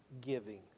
giving